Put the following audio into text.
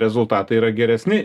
rezultatai yra geresni